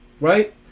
right